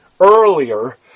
earlier